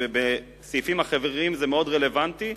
ובסעיפים אחרים זה מאוד רלוונטי,